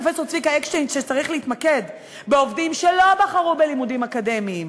פרופסור צביקה אקשטיין שצריך להתמקד בעובדים שלא בחרו בלימודים אקדמיים,